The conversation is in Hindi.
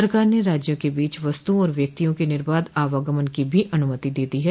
सरकार ने राज्यों के बीच वस्तुओं और व्यक्तियों के निर्बाध आवागमन की भी अनुमति दे दी है